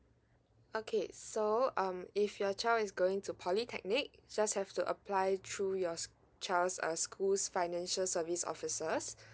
okay so um if your child is going to polytechnic just have to apply through your child's uh schools financial service officers